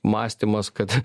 mąstymas kad